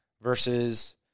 versus